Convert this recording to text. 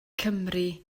cymru